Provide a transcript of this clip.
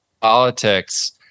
politics